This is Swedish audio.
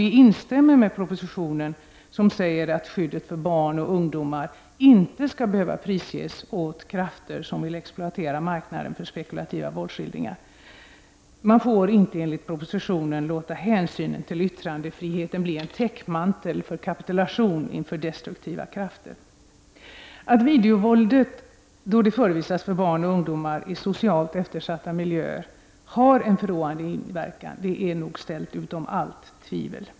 Vi instämmer i propositionen, där det står att skyddet för barn och ungdomar inte skall behöva prisges åt krafter som vill exploatera marknaden för spekulativa våldsskildringar. Man får enligt propositionen inte låta hänsynen till yttrandefriheten bli en täckmantel för kapitulation för destruktiva krafter. Att videovåldet då det förevisas för barn och ungdomar i socialt eftersatta miljöer har en förråande inverkan är nog ställt utom allt tvivel.